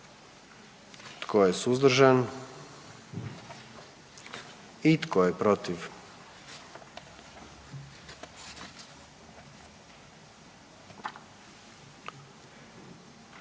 Tko je suzdržan? I tko je protiv?